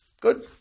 Good